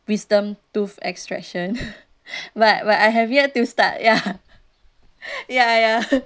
wisdom tooth extraction but but I have yet to start ya ya ya